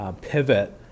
pivot